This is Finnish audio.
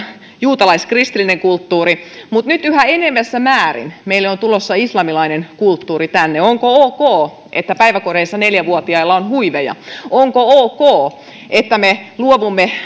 juutalais kristillinen kulttuuri mutta nyt yhä enenevässä määrin meille on tulossa islamilainen kulttuuri tänne onko ok että päiväkodeissa neljävuotiailla on huiveja onko ok että me luovumme